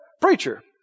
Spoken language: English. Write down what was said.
preacher